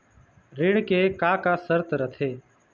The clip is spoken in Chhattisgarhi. ऋण के का का शर्त रथे?